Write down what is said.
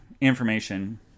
information